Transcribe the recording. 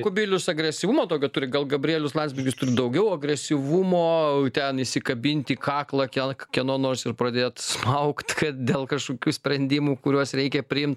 kubilius agresyvumo tokio turi gal gabrielius landsbergis turi daugiau agresyvumo ten įsikabinti į kaklą kelk kieno nors ir pradėti smaugt kad dėl kažkokių sprendimų kuriuos reikia priimt